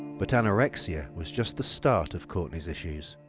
but anorexia was just the start of courtney's issues.